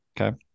Okay